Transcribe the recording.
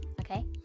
okay